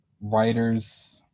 writers